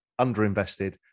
underinvested